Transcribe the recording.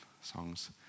songs